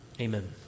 Amen